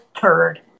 turd